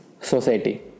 society